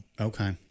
Okay